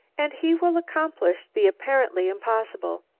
and he will accomplish the apparently impossible,